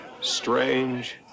strange